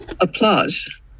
applause